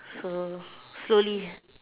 so slowly